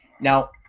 Now